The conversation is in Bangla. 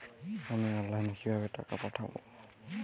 আমি অনলাইনে কিভাবে টাকা পাঠাব?